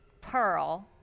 Pearl